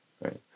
right